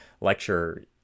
lecture